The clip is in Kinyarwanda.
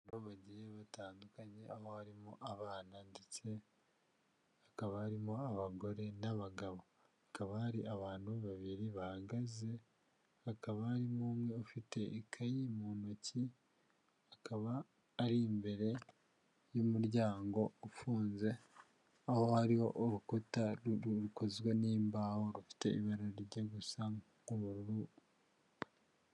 Abantu bagiye batandukanye aho barimo abana ndetse hakaba harimo abagore n'abagabo, hakaba hari abantu babiri bahagaze hakaba harimo umwe ufite ikayi mu ntoki akaba ari imbere y'umuryango ufunze, aho hariho urukuta rukozwe n'imbaho rufite ibara rijya gusa nk'ubururu.